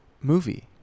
Movie